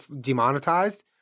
demonetized